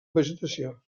vegetació